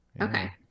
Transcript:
Okay